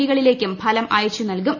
D കളിലേക്കും ഫലം അയച്ചു നൽകും